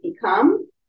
become